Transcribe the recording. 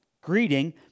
greeting